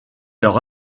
leur